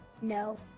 No